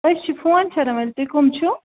أسۍ چھِ فون شیرَن وٲلۍ تُہۍ کٕم چھِو